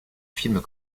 films